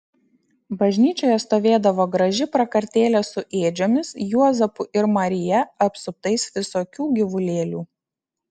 bažnyčioje stovėdavo graži prakartėlė su ėdžiomis juozapu ir marija apsuptais visokių gyvulėlių